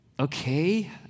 okay